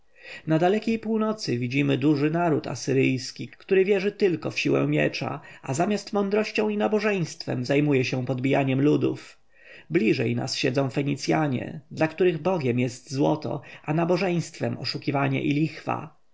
na dalekiej północy widzimy duży naród asyryjski który wierzy tylko w siłę miecza a zamiast mądrością i nabożeństwem zajmuje się podbijaniem ludów bliżej nas siedzą fenicjanie dla których bogiem jest złoto a nabożeństwem oszukiwanie i lichwa